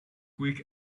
quick